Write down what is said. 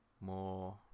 more